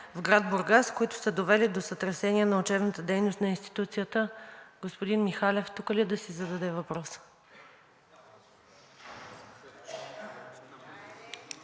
в град Бургас, които са довели до сътресение на учебната дейност на институцията. Господин Михалев тук ли е, за да си зададе въпроса?